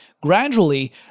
Gradually